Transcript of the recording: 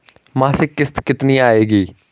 मासिक किश्त कितनी आएगी?